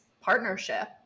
partnership